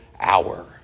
hour